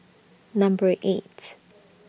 Number eight